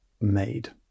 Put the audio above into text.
made